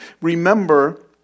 remember